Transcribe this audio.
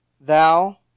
Thou